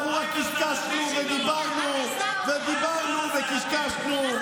אנחנו רק קשקשנו ודיברנו ודיברנו וקשקשנו.